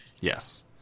Yes